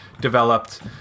developed